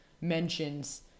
mentions